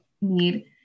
need